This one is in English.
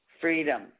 freedom